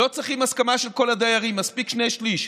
לא צריכים הסכמה של כל הדיירים, מספיק שני שלישים,